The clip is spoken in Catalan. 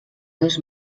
dos